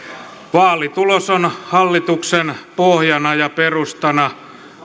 vaalitulos on hallituksen pohjana ja perustana